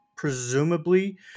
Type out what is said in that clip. presumably